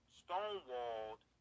stonewalled